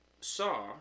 saw